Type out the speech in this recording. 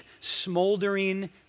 smoldering